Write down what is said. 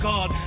God